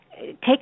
Take